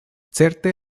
certe